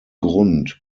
grund